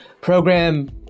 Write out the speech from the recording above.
program